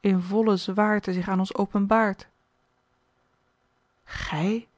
in volle zwaarte zich aan ons openbaart gij